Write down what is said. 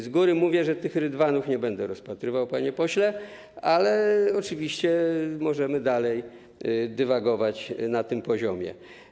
Z góry mówię, że kwestii tych rydwanów nie będę rozpatrywał, panie pośle, ale oczywiście możemy dalej dywagować na tym poziomie.